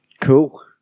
Cool